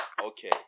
okay